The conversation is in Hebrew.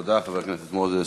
תודה, חבר הכנסת מוזס.